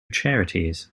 charities